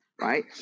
right